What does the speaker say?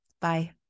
Bye